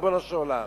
ריבונו של עולם?